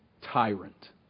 tyrant